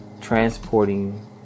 transporting